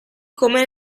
come